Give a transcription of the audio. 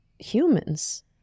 humans